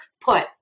put